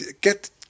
get